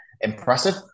impressive